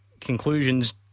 conclusions